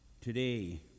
today